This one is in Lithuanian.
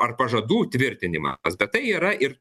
ar pažadų tvirtinimas bet tai yra ir